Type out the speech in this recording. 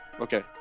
Okay